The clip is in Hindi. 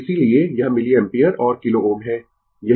तो इसीलिए यह मिलिएम्पियर और किलो Ω है